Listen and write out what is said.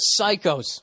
psychos